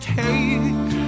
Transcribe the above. take